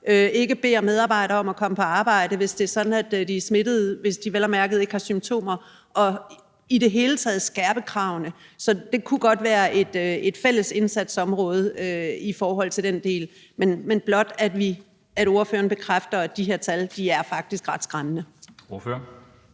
ikke beder medarbejdere om at komme på arbejde, hvis det er sådan, at de er smittede, hvis de vel at mærke ikke har symptomer; og i det hele taget skærper kravene. Så det kunne godt være et fælles indsatsområde i forhold til den del. Men jeg vil blot gerne have, at ordføreren bekræfter, at de her tal faktisk er ret skræmmende.